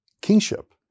kingship